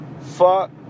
Fuck